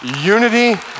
unity